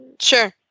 Sure